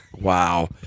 Wow